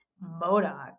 Modoc